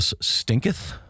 stinketh